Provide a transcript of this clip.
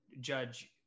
judge